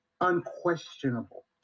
unquestionable